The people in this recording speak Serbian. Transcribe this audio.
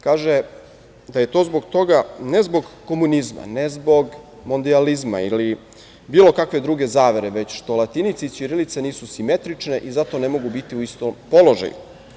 Kaže da je to zbog toga, ne zbog komunizma, ne zbog mondijalizma ili bilo kakve druge zavere, već što latinica i ćirilica nisu simetrične i zato ne mogu biti u istom položaju.